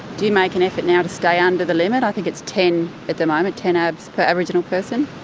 do you make an effort now to stay under the limit? i think it's ten it's um ten ah abs per aboriginal person.